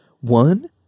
One